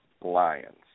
Lions